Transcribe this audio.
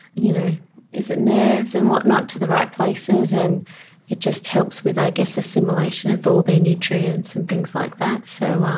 you know is it nerves and whatnot, to the right places, and it just helps with i guess assimilation of all their nutrients and things like that. so